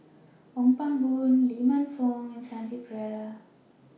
Ong Pang Boon Lee Man Fong and Shanti Pereira